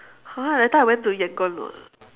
!huh! that time I went to Yangon [what]